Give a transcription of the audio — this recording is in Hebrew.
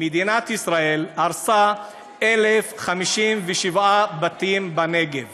מדינת ישראל הרסה 1,057 בתים בנגב.